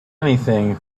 anything